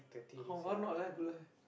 how why not eh